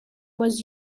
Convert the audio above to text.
was